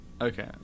Okay